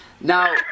Now